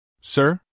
Sir